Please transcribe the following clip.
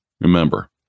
remember